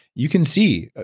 you can see.